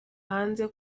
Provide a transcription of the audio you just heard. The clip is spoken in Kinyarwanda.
hanze